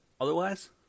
Otherwise